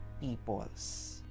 peoples